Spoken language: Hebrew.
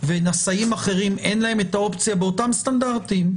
ונשאים אחרים אין להם את האופציה באותם סטנדרטים,